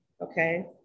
Okay